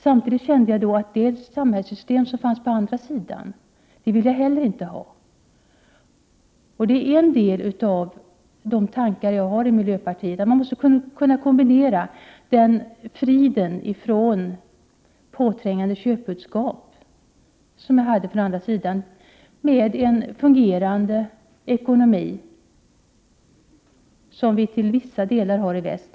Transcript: Samtidigt kände jag att jag inte heller ville ha det samhällssystem som fanns på andra sidan gränsen. Detta utgör en del av de tankar jag har inom miljöpartiet. Man måste kunna kombinera den frid från påträngande köpbudskap som jag kände i öst med den till vissa delar fungerande ekonomi som vi har i väst.